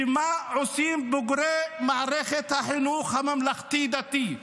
ומה עושים בוגרי מערכת החינוך הממלכתי-דתי,